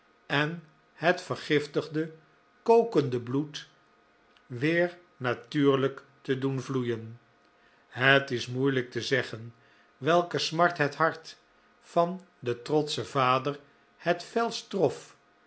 en het vergiftigde kokende bloed weer natuurlijk te doen vloeien het is moeilijk te zeggen welke smart het hart van den trotschen vader het felste trof